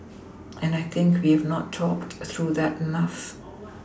and I think we have not talked through that enough